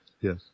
Yes